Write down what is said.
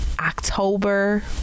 October